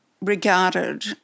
regarded